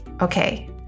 Okay